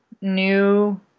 new